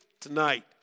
tonight